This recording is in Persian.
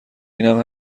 اینم